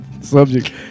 subject